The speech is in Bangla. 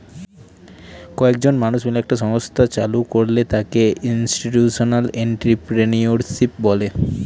কয়েকজন মানুষ মিলে একটা সংস্থা চালু করলে তাকে ইনস্টিটিউশনাল এন্ট্রিপ্রেনিউরশিপ বলে